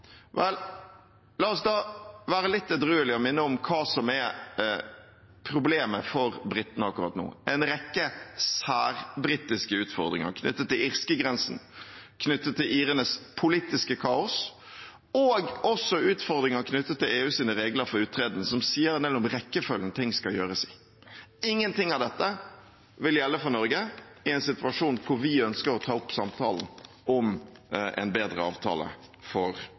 Vel, la oss da være litt edruelige og minne om hva som er problemet for britene akkurat nå – en rekke særbritiske utfordringer knyttet til irskegrensen, knyttet til irenes politiske kaos, og også utfordringer knyttet til EUs regler for uttreden, som sier en del om rekkefølgen ting skal gjøres i. Ingenting av dette vil gjelde for Norge i en situasjon hvor vi ønsker å ta opp samtalen om en bedre avtale for